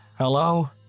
Hello